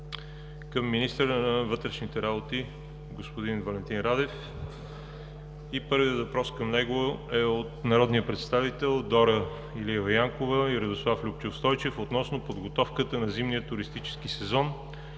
към министъра на вътрешните работи господин Валентин Радев и първият въпрос към него е от народния представител Дора Илиева Янкова и Радослав Любчов Стойчев относно подготовката на зимния туристически сезон